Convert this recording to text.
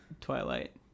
Twilight